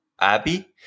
Abby